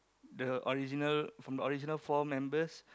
the original from the original four members